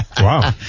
Wow